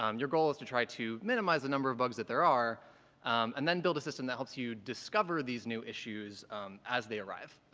um your goal is to try to minimize the number of bugs that there are and then build a system that helps you discover these new issues as they arrive